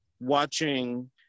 Watching